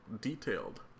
detailed